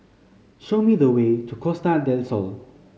show me the way to Costa Del Sol